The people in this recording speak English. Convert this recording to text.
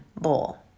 bowl